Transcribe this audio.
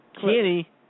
Kenny